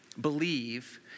believe